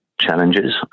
challenges